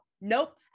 nope